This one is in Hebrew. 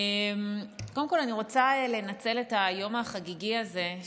קודם כול אני רוצה לנצל את היום החגיגי הזה,